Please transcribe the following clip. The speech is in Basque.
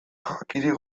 jakirik